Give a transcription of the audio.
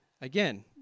Again